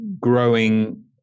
growing